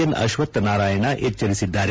N Ashwath Narayana ಎಚ್ಚರಿಸಿದ್ದಾರೆ